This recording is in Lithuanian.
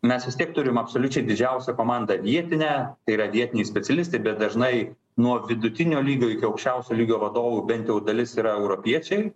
mes vis tiek turim absoliučiai didžiausią komandą vietinę tai yra vietiniai specialistai bet dažnai nuo vidutinio lygio iki aukščiausio lygio vadovų bent jau dalis yra europiečiai